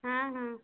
ହଁ ହଁ